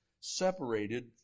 separated